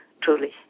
truly